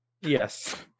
Yes